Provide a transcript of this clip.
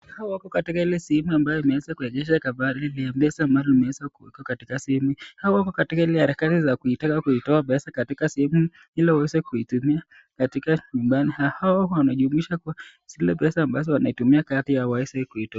Hawa wako katika ile sehemu umeweza kuengeshwa magari. Ha wa wako katika harakati ya kuweza kuitoa katika kibanda . Hawa wanajumuisha pesa wanazitumia pia waeze kuitoa